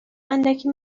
اندکی